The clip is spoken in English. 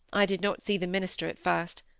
i did not see the minister at first,